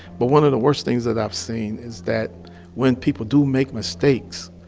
but one of the worst things that i've seen is that when people do make mistakes,